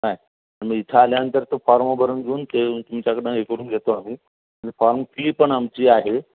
काय आणि मग इथं आल्यानंतर तो फॉर्म भरून घेऊन ते तुमच्याकडून हे करून घेतो आम्ही आणि फॉर्म फी पण आमची आहे